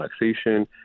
relaxation